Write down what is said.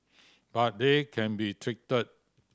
but they can be treated